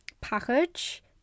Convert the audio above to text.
package